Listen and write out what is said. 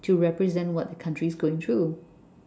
to represent what the country is going through